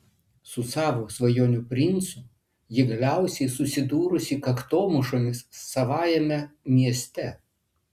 su savo svajonių princu ji galiausiai susidūrusi kaktomušomis savajame mieste